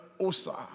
Osa